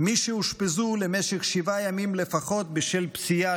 מי שאושפזו למשך שבעה ימים לפחות בשל פציעה